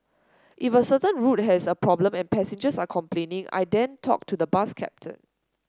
if a certain route has a problem and passengers are complaining I then talk to the bus captain